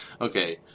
Okay